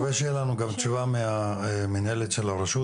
אני מקווה שתהיה לנו גם תשובה מהמנהלת של הרשות,